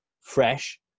fresh